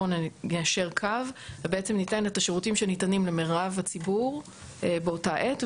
בוא ניישר קו ובעצם ניתן את השירותים שניתנים למרב הציבור באותה עת,